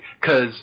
cause